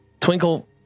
Twinkle